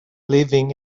living